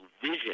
vision